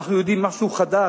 אנחנו יודעים משהו חדש,